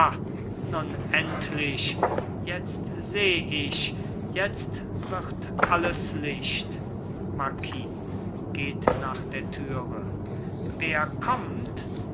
endlich jetzt seh ich jetzt wird alles licht marquis geht nach der türe wer kommt